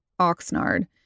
Oxnard